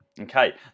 okay